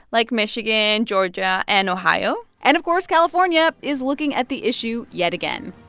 like michigan, georgia and ohio and, of course, california is looking at the issue yet again.